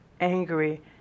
angry